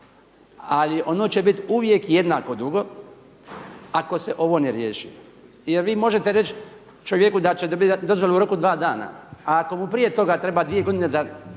ali ono će biti uvijek jednako dugo ako se ovo ne riješi. Jer vi možete reći čovjeku da će dobiti dozvolu u roku dva dana, a ako mu prije toga treba dvije godine za